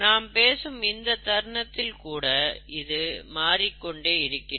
நாம் பேசும் இந்த தருணத்தில் கூட இது மாறிக்கொண்டே இருக்கிறது